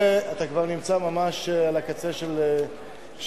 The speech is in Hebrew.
ואתה כבר נמצא ממש על הקצה של הצעת